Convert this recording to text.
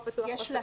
או פתוח או סגור.